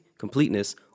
completeness